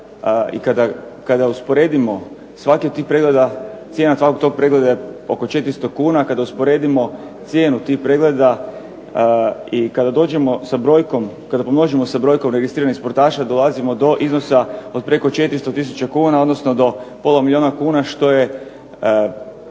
I kada usporedimo cijenu svakog pregleda je oko 400 kuna, kada usporedimo cijenu tih pregleda i kada pomnožimo sa brojkom registriranih sportaša dolazimo do iznosa od preko 400 tisuća kuna, odnosno do pola milijuna kuna što je